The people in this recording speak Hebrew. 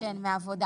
שהן מעבודה